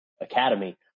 academy